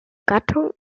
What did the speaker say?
gattung